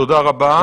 תודה רבה.